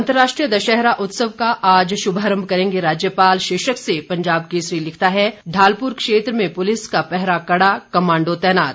अंतर्राष्ट्रीय दशहरा उत्सव का आज शुभारंभ करेंगे राज्यपाल शीर्षक से पंजाब केसरी लिखता है ढालपुर क्षेत्र में पुलिस का पहरा कड़ा कमांडो तैनात